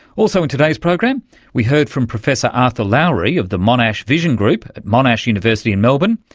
also in today's program we heard from professor arthur lowery of the monash vision group at monash university in melbourne,